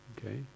Okay